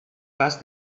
pas